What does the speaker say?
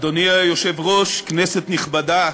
אדוני היושב-ראש, כנסת נכבדה,